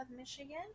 Michigan